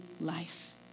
life